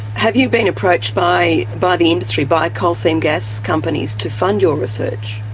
have you been approached by by the industry, by coal seam gas companies, to fund your research?